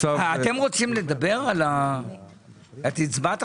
הצו שלפנינו עלה בדיון הקודם